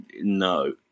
no